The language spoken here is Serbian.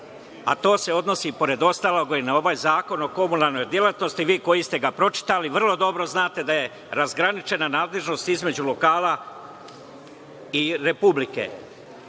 a to se odnosi i na ovaj zakon o komunalnoj delatnosti. Vi koji ste ga pročitali vrlo dobro znate da je razgraničena nadležnost između lokala i republike. Gospodo